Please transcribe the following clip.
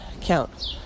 count